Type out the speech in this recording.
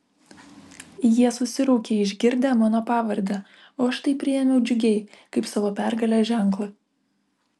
jie susiraukė išgirdę mano pavardę o aš tai priėmiau džiugiai kaip savo pergalės ženklą